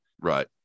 Right